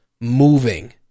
moving